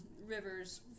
rivers